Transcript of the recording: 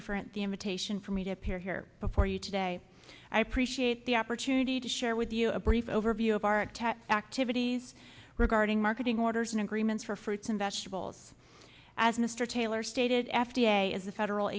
you for at the invitation for me to appear here before you today i appreciate the opportunity to share with you a brief overview of our activities regarding marketing orders and agreements for fruits and vegetables as mr taylor stated f d a is the federal